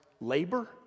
labor